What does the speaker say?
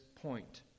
point